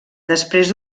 després